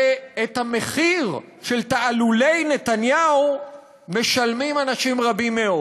את המחיר של תעלולי נתניהו משלמים אנשים רבים מאוד.